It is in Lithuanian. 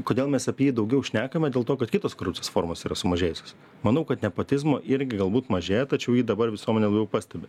kodėl mes apie jį daugiau šnekame dėl to kad kitos korupcijos formos yra sumažėjusios manau kad nepotizmo irgi galbūt mažėja tačiau jį dabar visuomenė labiau pastebi